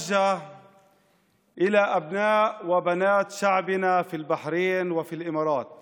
אני פונה אל בני ובנות עמנו בבחריין ובאמירויות